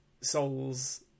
Souls